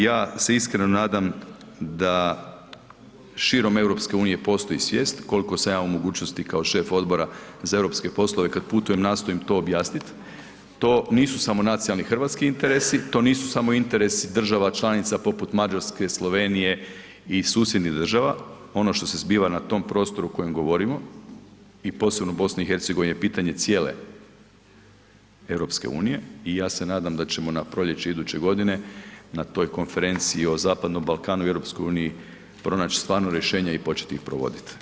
Ja se iskreno nadam da širom EU postoji svijest, koliko sam ja u mogućnosti kao šef Odbora za europske poslove kad putujem nastojim to objasnit, to nisu samo nacionalni hrvatski interesi, to nisu samo interesi država članica poput Mađarske, Slovenije i susjednih država, ono što se zbiva na tom prostoru o kojem govorimo i posebno BiH pitanje cijele EU i ja se nadam da ćemo na proljeće iduće godine na toj konferenciji o Zapadnom Balkanu i EU pronaći stvarno rješenje i početi ih provodit.